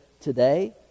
today